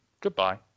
Goodbye